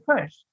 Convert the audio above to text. push